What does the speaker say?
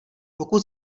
pokud